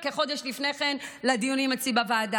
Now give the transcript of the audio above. קודם כול זה שהוא יוצא באמצע זה בעיניי לא מכבד.